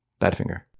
Badfinger